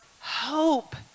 hope